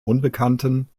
unbekannten